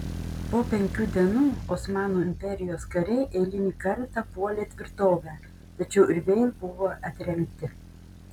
po penkių dienų osmanų imperijos kariai eilinį kartą puolė tvirtovę tačiau ir vėl buvo atremti